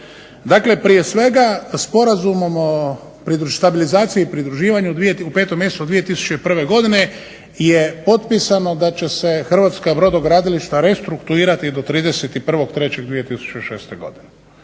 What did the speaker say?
Dakle, prije svega Sporazumom o stabilizaciji i pridruživanju u 5. mjesecu 2001. godine je potpisano da će se hrvatska brodogradilišta restrukturirati do 31.03.2006. godine.